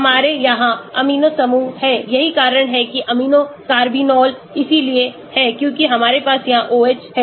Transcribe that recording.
हमारे यहाँ एमिनो समूह है यही कारण है कि अमीनो कारबिनोल इसलिए है क्योंकि हमारे पास यहाँ OH है